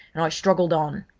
and i struggled on.